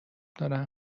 دارن